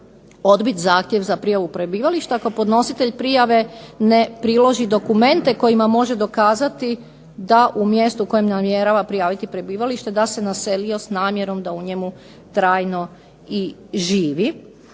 odbiti zahtjev za prijavu prebivališta, ako podnositelj prijave ne priloži dokumente kojima može dokazati da u mjestu u kojem namjerava prijaviti prebivalište da se naselio s namjerom da u njemu trajno i živi.